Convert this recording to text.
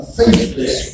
faithless